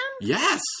Yes